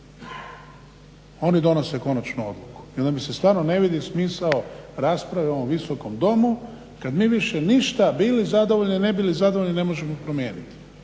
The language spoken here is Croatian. oni donose konačnu odluku. I onda mislim stvarno ne vidim smisao rasprave u ovom Visokom domu kad mi više ništa bili zadovoljni ili ne bili zadovoljni ne možemo promijeniti.